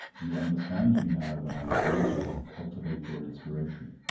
you understand me now when i advise you to cultivate your inspiration.